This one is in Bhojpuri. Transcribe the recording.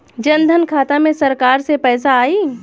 जनधन खाता मे सरकार से पैसा आई?